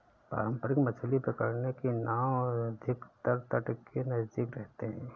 पारंपरिक मछली पकड़ने की नाव अधिकतर तट के नजदीक रहते हैं